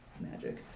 magic